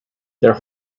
their